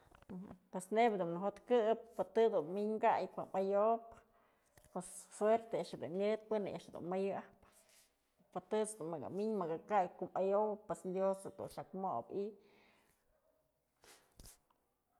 Pues nebyë dun në jëtkëp pues pë të dun min kay ayobëpues serte a'ax dun myëdë pën a'ax dun mëyë ajpë pë tët's dun nëkë min nëkë kay ko'o mayowëp pues dios dun xak mobë i'i.